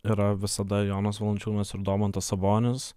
yra visada jonas valančiūnas ir domantas sabonis